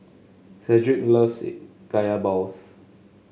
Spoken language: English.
Cedric loves Kaya Balls